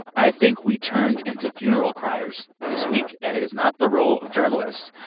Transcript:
i think we turned into funeral criers this week. and it is not the role of journalists.